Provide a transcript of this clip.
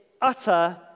utter